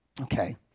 Okay